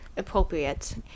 appropriate